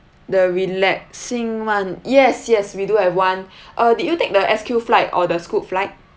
the relaxing one yes yes we do have one uh did you take the S_Q flight or the scoot flight